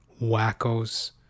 wackos